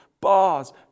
bars